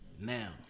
Now